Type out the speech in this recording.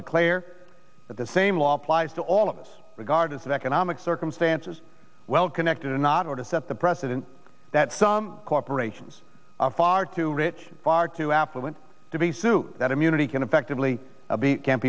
declare that the same law applies to all of us regardless of economic circumstances well connected or not or to set the precedent that some corporations are far too rich far too affluent to be sued that immunity can effectively be can